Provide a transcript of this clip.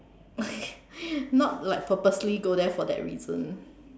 not like purposely go there for that reason